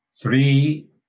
three